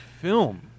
film